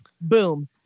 Boom